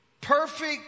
perfect